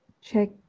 check